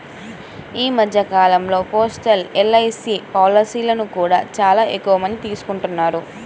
ఈ మధ్య కాలంలో పోస్టల్ ఎల్.ఐ.సీ పాలసీలను కూడా చాలా ఎక్కువమందే తీసుకుంటున్నారు